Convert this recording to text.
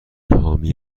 حامی